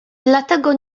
dlatego